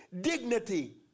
dignity